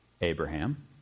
Abraham